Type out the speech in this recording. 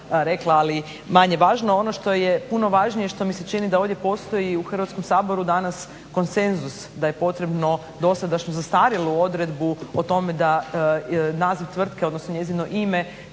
rekla. Ali manje je važno. Ono što je puno važnije što mi se čini da ovdje postoji u Hrvatskom saboru danas konsenzus da je potrebno dosadašnju zastarjelu odredbu o tome da naziv tvrtke, odnosno njezino ime